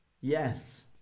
yes